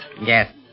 Yes